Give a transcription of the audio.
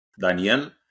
Daniel